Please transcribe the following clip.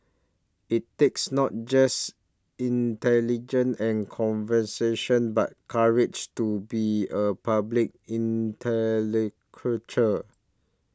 it takes not just intelligent and conversation but courage to be a public intellectual